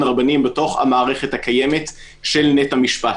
הרבניים בתוך המערכת הקיימת של נט"ע משפט.